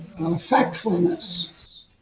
Factfulness